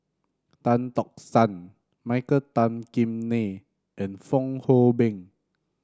Tan Tock San Michael Tan Kim Nei and Fong Hoe Beng